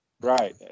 Right